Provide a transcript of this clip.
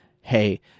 hey